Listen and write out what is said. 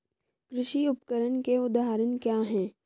कृषि उपकरण के उदाहरण क्या हैं?